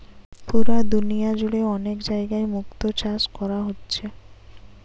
পুরা দুনিয়া জুড়ে অনেক জাগায় মুক্তো চাষ কোরা হচ্ছে